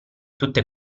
tutte